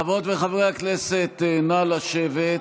חברות וחברי הכנסת, נא לשבת.